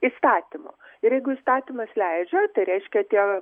įstatymu ir jeigu įstatymas leidžia tai reiškia tie